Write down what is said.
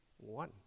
one